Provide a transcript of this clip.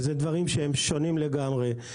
אלה דברים שהם שונים לגמרי.